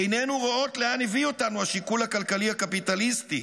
עינינו רואות לאן הביא אותנו השיקול הכלכלי הקפיטליסטי,